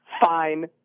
fine